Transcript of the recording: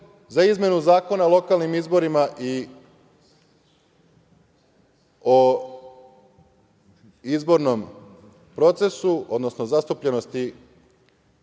za izmenu zakona o lokalnim izborima i o izbornom procesu, odnosno zastupljenosti